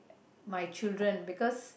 my children because